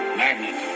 magnet